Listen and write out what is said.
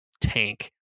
tank